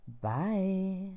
Bye